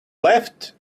left